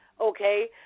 okay